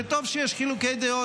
וטוב שיש חילוקי דעות,